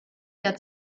der